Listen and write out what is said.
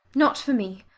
not for me.